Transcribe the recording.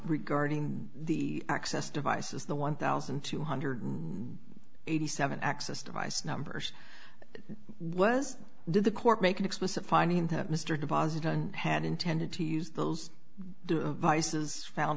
regarding the access devices the one thousand two hundred eighty seven access device numbers was did the court make an explicit finding that mr deposit on had intended to use those devices found